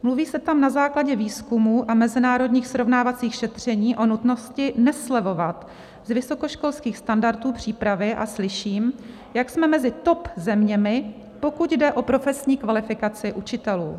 Mluví se tam na základě výzkumů a mezinárodních srovnávacích šetřeních o nutnosti neslevovat z vysokoškolských standardů přípravy a slyším, jak jsme mezi top zeměmi, pokud jde o profesní kvalifikaci učitelů.